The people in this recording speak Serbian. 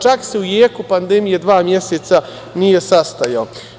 Čak se jeku pandemije dva meseca nije sastajao.